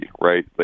right